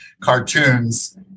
cartoons